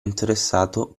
interessato